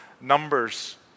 numbers